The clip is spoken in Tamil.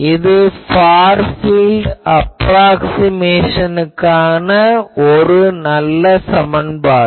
இது ஃபார் பீல்ட் அப்ராக்ஸிமேஷனுக்கான ஒரு நல்ல சமன்பாடு